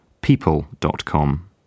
people.com